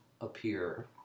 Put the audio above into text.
appear